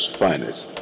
finest